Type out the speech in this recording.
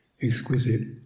exquisite